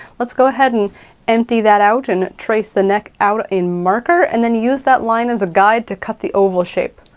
let's go ahead and empty that out and trace the neck out in marker, and then use that line as a guide to cut the oval shape.